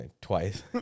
twice